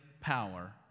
power